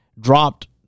dropped